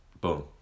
boom